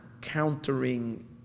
countering